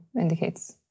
indicates